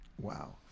Wow